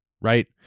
right